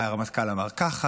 והרמטכ"ל אמר ככה